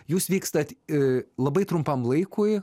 jūs vykstat labai trumpam laikui